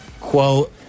quote